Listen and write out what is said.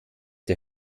der